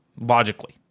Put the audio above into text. Logically